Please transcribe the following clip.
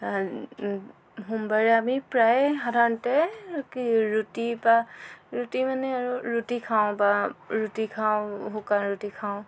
সোমবাৰে আমি প্ৰায়ে সাধাৰণতে ৰুটি বা ৰুটি মানে আৰু ৰুটি খাওঁ বা ৰুটি খাওঁ শুকান ৰুটি খাওঁ